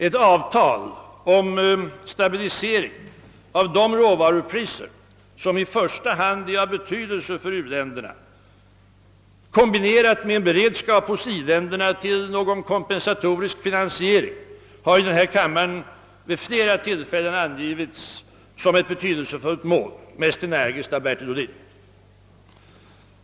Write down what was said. Ett avtal om stabilisering av de råvarupriser som i första hand är av betydelse för u-länderna, kombinerat med en beredskap hos i-länderna till någon kompensatorisk finansiering, har i denna kammare vid flera tillfällen angivits som ett betydelsefullt mål, mest energiskt av Bertil Ohlin.